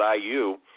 IU